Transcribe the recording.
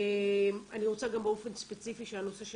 אני רוצה גם באופן ספציפי שהנושא של